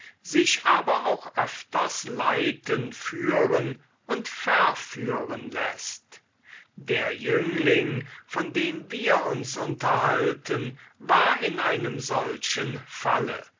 sich aber auch öfters leiten führen und verführen läßt der jüngling von dem wir uns unterhalten war in einem solchen falle